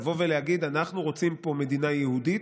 לבוא ולהגיד: אנחנו רוצים פה מדינה יהודית,